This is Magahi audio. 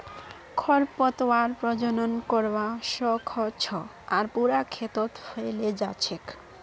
खरपतवार प्रजनन करवा स ख छ आर पूरा खेतत फैले जा छेक